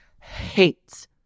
hates